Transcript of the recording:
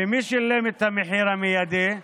ומי שילם את המחיר המיידי?